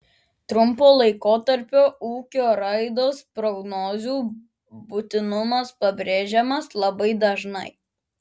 trumpo laikotarpio ūkio raidos prognozių būtinumas pabrėžiamas labai dažnai